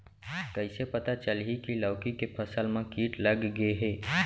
कइसे पता चलही की लौकी के फसल मा किट लग गे हे?